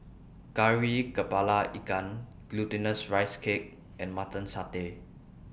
Kari Kepala Ikan Glutinous Rice Cake and Mutton Satay